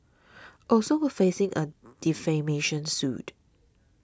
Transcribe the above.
also a facing a defamation suit